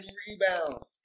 rebounds